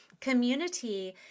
community